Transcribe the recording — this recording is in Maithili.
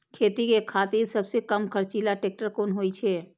खेती के खातिर सबसे कम खर्चीला ट्रेक्टर कोन होई छै?